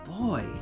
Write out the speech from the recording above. boy